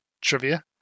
trivia